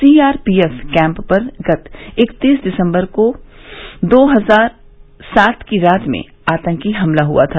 CRPF camp पर गत इकतीस दिसम्बर दो हजार सात की रात में आतंकी हमला हुआ था